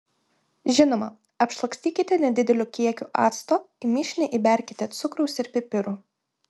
žinoma apšlakstykite nedideliu kiekiu acto į mišinį įberkite cukraus ir pipirų